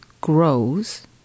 grows